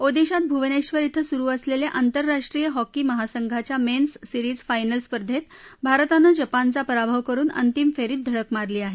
ओदिशात भुवनेश्वर अं सुरू असलेल्या आंतरराष्ट्रीय हॉकी महासंघाच्या मेन्स सिरीज फायनल्स स्पर्धेत भारतानं जपानच्या पराभव करुन अंतिम फेरीत धडक मारली आहे